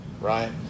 Right